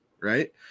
Right